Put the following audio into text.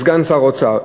סגן שר האוצר.